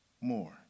more